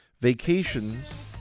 Vacations